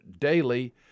Daily